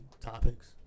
topics